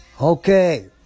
Okay